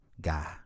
guy